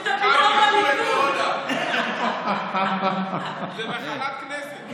זה לא קורונה, זה מחלת כנסת.